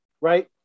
right